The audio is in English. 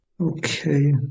Okay